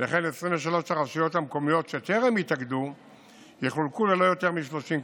וכן 23 הרשויות המקומיות שטרם התאגדו יחולקו ללא יותר מ-30 קבוצות.